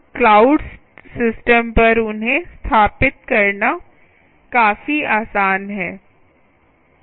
cloud system पर उन्हें स्थापित करना काफी आसान है